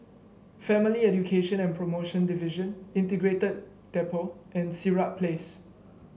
Family Education and Promotion Division Integrated Depot and Sirat Place